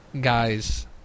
guys